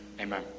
Amen